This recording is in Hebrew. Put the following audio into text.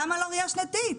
למה לא ראייה שנתית?